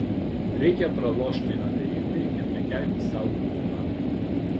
reikia pralošti abejingai ir nekelti sau ultimatumų